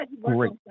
great